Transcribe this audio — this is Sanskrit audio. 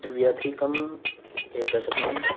द्व्यधिकम् एकशतम्